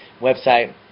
website